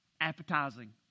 appetizing